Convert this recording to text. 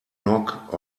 knock